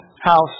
house